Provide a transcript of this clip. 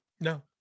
No